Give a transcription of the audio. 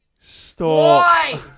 Stop